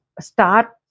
start